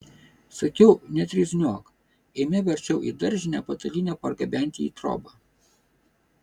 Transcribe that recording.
sakiau netrizniuok eime verčiau į daržinę patalynę pargabenti į trobą